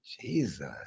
Jesus